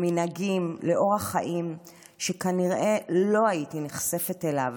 למנהגים ולאורח חיים שכנראה לא הייתי נחשפת אליהם,